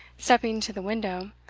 stepping to the window.